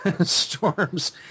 storms